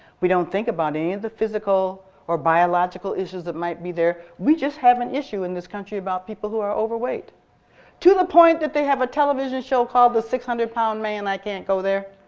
we don't think about any of and the physical or biological issues that might be there. we just have an issue in this country about people who are overweight to the point that they have a television show called the six hundred pound man. i can't go there,